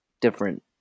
Different